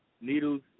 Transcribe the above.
Needles